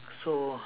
so